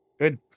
good